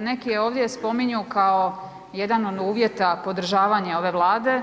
Neki ovdje spominju kao jedan od uvjeta podržavanja ove Vlade,